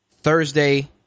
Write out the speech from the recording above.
Thursday